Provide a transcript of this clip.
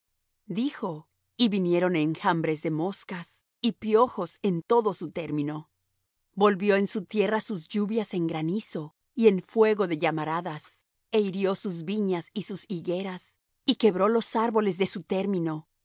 dijo y vinieron enjambres de moscas y piojos en todo su término volvió en su tierra sus lluvias en granizo y en fuego de llamaradas e hirió sus viñas y sus higueras y quebró los árboles de su término